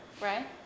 right